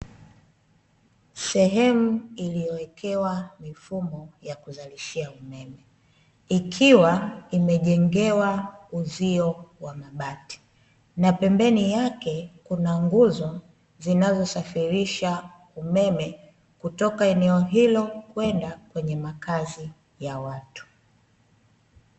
Sehemu iliyowekewa mifumo ya kuzalishia umeme, ikiwa imejengewa uzio wa mabati na pembeni yake kuna nguzo zinazosafirisha umeme kutoka eneo hilo kwenda kwenye makazi ya watu.